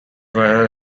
via